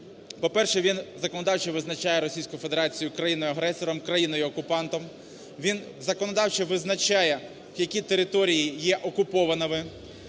По-перше, він законодавчо визначає Російську Федерацію країною-агресором, країною-окупантом; він законодавчо визначає, які території є окупованими;